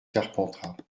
carpentras